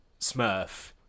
Smurf